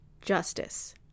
Justice